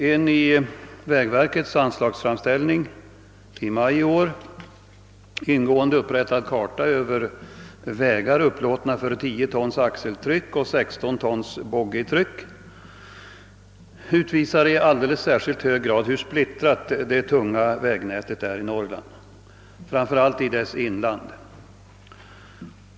En i vägverkets anslagsframställning i maj i år ingående upprättad karta över vägar upplåtna för 10 tons axeltryck och 16 tons boggietryck utvisar i alldeles särskilt hög grad, hur splittrat det tunga vägnätet är i Norrland och framför allt i dess inland.